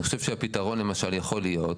אני חושב שהפתרון למשל יכול להיות,